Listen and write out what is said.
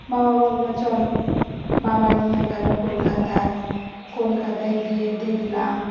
বাবা বলল চলো বাবা নিয়ে গেলো কলকাতায় কলকাতায় গিয়ে দেখলাম